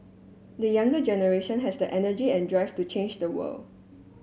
the younger generation has the energy and drive to change the world